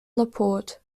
laporte